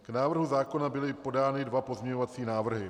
K návrhu zákona byly podány dva pozměňovací návrhy.